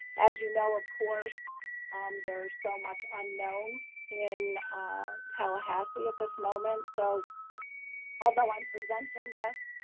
as you know, of course um there's so much unknown in ah tallahassee at this moment. so although i'm presenting this,